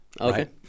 Okay